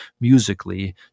musically